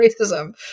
racism